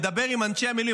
מדבר עם אנשי המילואים,